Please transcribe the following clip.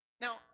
Now